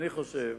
אני חושב